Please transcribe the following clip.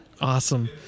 Awesome